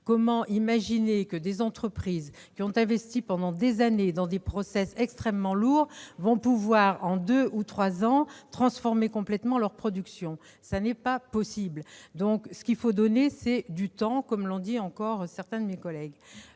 Comment imaginer que des entreprises, qui ont investi pendant des années dans des process extrêmement lourds, vont pouvoir en deux ou trois ans transformer complètement leur production ? Cela n'est pas possible. Il faut leur donner du temps, comme l'ont dit certains. Je vous